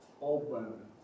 open